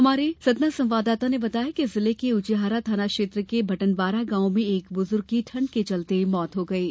हमारे सतना संवादाता ने बताया है कि जिले के उचेहरा थाना क्षेत्र के भटनवारा गांव में एक बुजुर्ग की ठंड के चलते मौत हो गई है